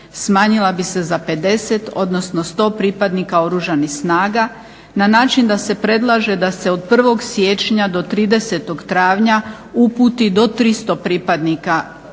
smanjila bi se za 50 odnosno 100 pripadnika Oružanih snaga na način da se predlaže da se od 1. siječnja do 30. travnja uputi do 300 pripadnika Oružanih snaga